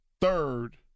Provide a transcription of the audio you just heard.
third